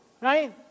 right